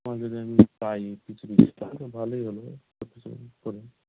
আর যদি আমি পাই কিছু জিনিস তাহলে তো ভালোই হলো পরে